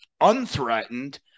unthreatened